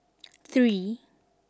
three